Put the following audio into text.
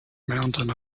mountain